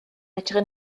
edrych